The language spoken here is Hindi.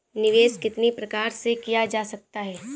निवेश कितनी प्रकार से किया जा सकता है?